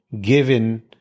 given